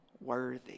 worthy